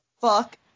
fuck